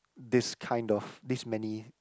this kind of this many